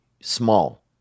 small